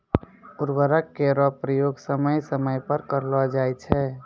उर्वरक केरो प्रयोग समय समय पर करलो जाय छै